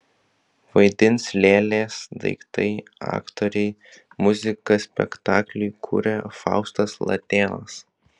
vaidins lėlės daiktai aktoriai muziką spektakliui kuria faustas latėnas